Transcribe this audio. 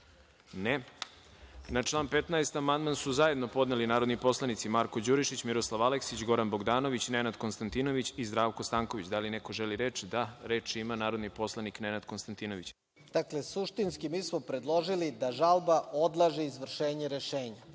(Ne)Na član 15. amandman su zajedno podneli narodni poslanici Marko Đurišić, Miroslav Aleksić, Goran Bogdanović, Nenad Konstantinović i Zdravko Stanković. Da li neko želi reč? (Da)Reč ima narodni poslanik Nenad Konstantinović. Izvolite. **Nenad Konstantinović** Dakle, suštinski, mi smo predložili da žalba odlaže izvršenje rešenja.